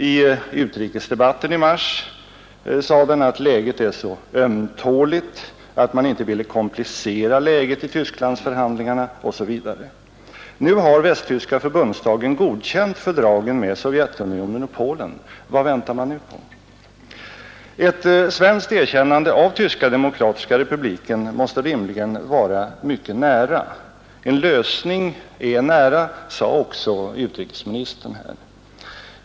I utrikesdebatten i mars sade den att läget är ”ömtåligt”, att man inte ville ”komplicera läget” i Tysklandsförhandlingarna osv. Nu har västtyska förbundsdagen godkänt fördragen med Sovjetunionen och Polen. Vad väntar man nu på? Ett svenskt erkännande av Tyska demokratiska republiken måste rimligen vara mycket nära. En lösning är nära, sade också utrikesministern här.